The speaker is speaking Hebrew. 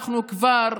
אנחנו כבר,